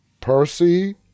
Percy